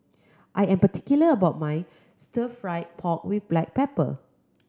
I am particular about my Stir Fried Pork With Black Pepper